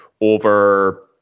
over